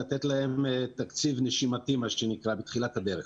לתת להם תקציב נשימתי בתחילת הדרך.